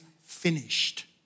finished